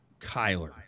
Kyler